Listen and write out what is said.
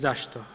Zašto?